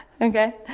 Okay